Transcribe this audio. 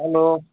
hello